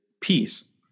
peace